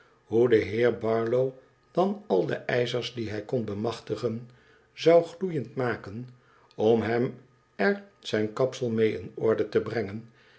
de heer barlow dan al de ijzers die hij kon bemachtigen zou gloeiend maken om hem er zijn kapsel mee in orde te brengen